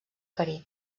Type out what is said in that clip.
carib